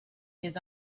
his